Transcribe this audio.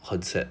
很 sad